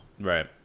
Right